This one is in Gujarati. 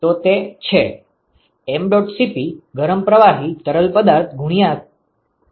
તો તે છે mdot Cp ગરમ પ્રવાહી તરલ પદાર્થ ગુણ્યા Thi માઈનસ Tho